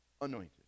anointed